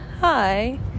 Hi